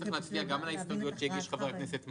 צריך להצביע גם על ההסתייגויות שהגיש חבר הכנסת מקלב.